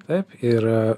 taip ir